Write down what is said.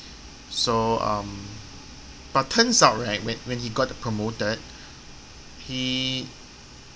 so um but turns out right when when he got promoted he